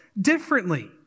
differently